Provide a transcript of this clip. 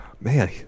man